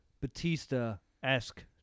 Batista-esque